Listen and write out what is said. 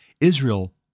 Israel